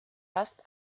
fast